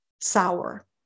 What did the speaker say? sour